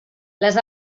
les